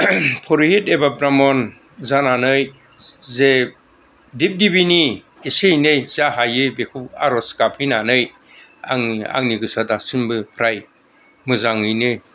परहित एबा ब्राह्मन जानानै जे दिब दिबिनि एसे एनै जा हायो बेखौ आर'ज गाबहैनानै आंनि आंनि गोसोआ दासिमबो फ्राय मोजाङैनो